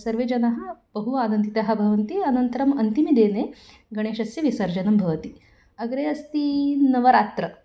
सर्वे जनाः बहु आनन्दितः भवन्ति अनन्तरम् अन्तिमिदने गणेशस्य विसर्जनं भवति अग्रे अस्ति नवरात्रिः